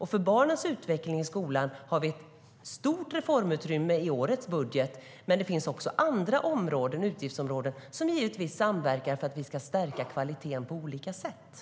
För barnens utveckling i skolan har vi ett stort reformutrymme i årets budget, men det finns också andra utgiftsområden som givetvis samverkar för att vi ska stärka kvaliteten på olika sätt.